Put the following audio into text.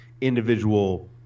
individual